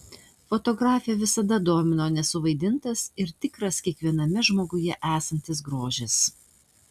fotografę visada domino nesuvaidintas ir tikras kiekviename žmoguje esantis grožis